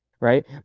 right